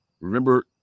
remember